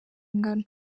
ingano